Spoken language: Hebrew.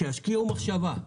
שישקיעו מחשבה,